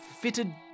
fitted